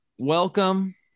Welcome